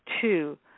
two